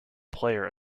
player